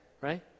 right